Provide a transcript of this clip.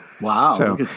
wow